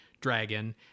dragon